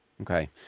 Okay